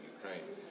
Ukraine